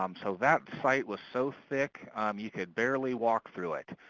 um so that site was so thick you could barely walk through it.